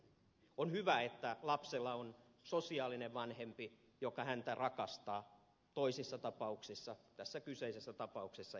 on hyvä että lapsella on sosiaalinen vanhempi joka häntä rakastaa toisissa tapauksissa tässä kyseisessä tapauksessa ei edes näin ole